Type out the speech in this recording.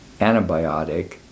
antibiotic